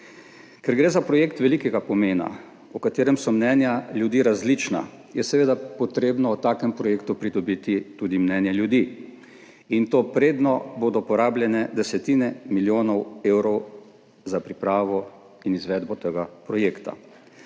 Ker gre za projekt velikega pomena, o katerem so mnenja ljudi različna, je seveda treba o takem projektu pridobiti tudi mnenje ljudi, in to preden bodo porabljene desetine milijonov evrov za pripravo in izvedbo tega projekta.